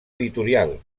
editorial